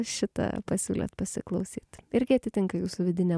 šitą pasiūlėt pasiklausyt irgi atitinka jūsų vidinę